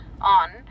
on